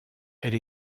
elle